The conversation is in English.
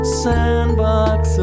sandbox